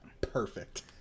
Perfect